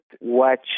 watch